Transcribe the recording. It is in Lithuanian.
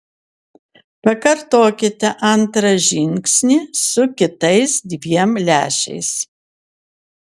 pakartokite antrą žingsnį su kitais dviem lęšiais